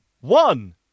One